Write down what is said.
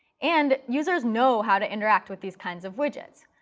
and users know how to interact with these kinds of widget.